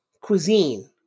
cuisine